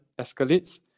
escalates